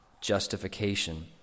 justification